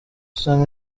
usanga